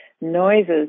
noises